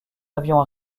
avions